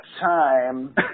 time